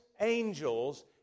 angels